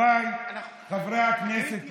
חבריי חברי הכנסת מש"ס,